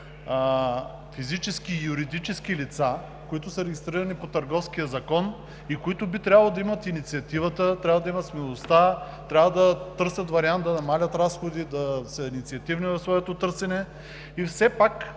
физически и юридически лица, които са регистрирани по Търговския закон, и които би трябвало да имат инициативата, трябва да имат смелостта, трябва да търсят вариант да намаляват разходи, да са инициативни в своето търсене. И все пак,